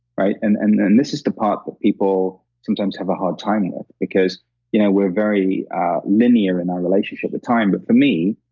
right? and and this is the part that people sometimes have a hard time with because you know we're very linear in our relationship with time. but for me,